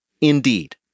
Indeed